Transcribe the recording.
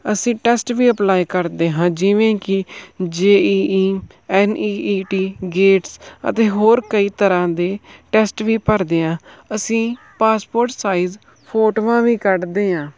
ਅਸੀਂ ਟੈਸਟ ਵੀ ਅਪਲਾਈ ਕਰਦੇ ਹਾਂ ਜਿਵੇਂ ਕਿ J E E N E E T gates ਅਤੇ ਹੋਰ ਕਈ ਤਰ੍ਹਾਂ ਦੇ ਟੈਸਟ ਵੀ ਭਰਦੇ ਹਾਂ ਅਸੀਂ ਪਾਸਪੋਰਟ ਸਾਈਜ਼ ਫੋਟੋਆਂ ਵੀ ਕੱਢਦੇ ਹਾਂ